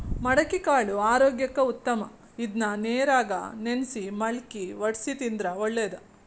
ಮಡಿಕಿಕಾಳು ಆರೋಗ್ಯಕ್ಕ ಉತ್ತಮ ಇದ್ನಾ ನೇರಾಗ ನೆನ್ಸಿ ಮಳ್ಕಿ ವಡ್ಸಿ ತಿಂದ್ರ ಒಳ್ಳೇದ